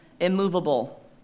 immovable